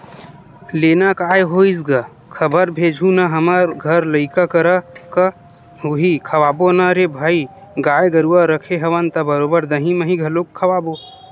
लेना काय होइस गा खबर भेजहूँ ना हमर घर लइका करा का होही खवाबो ना रे भई गाय गरुवा रखे हवन त बरोबर दहीं मही घलोक खवाबो